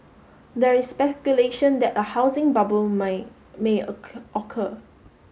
there is speculation that a housing bubble may occur